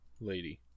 lady